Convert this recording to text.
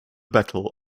battle